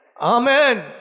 Amen